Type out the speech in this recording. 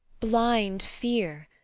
blind fear,